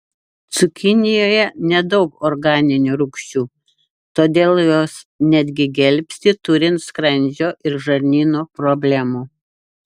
cukinijose nedaug organinių rūgčių todėl jos netgi gelbsti turint skrandžio ir žarnyno problemų